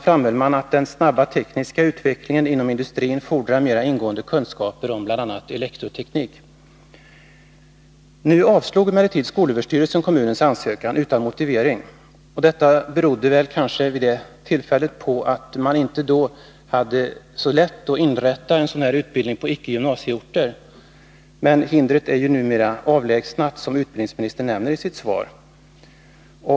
a. framhöll man att den snabba tekniska utvecklingen inom industrin fordrar mera ingående kunskaper om t.ex. elektroteknik. Nu avslog emellertid skolöverstyrelsen kommunens ansökan utan motivering. Det berodde kanske vid detta tillfälle på att det inte var så lätt att inrätta en sådan här utbildning på icke-gymnasieorter. Men det hindret är numera avlägsnat, som utbildningsministern nämner i sitt svar.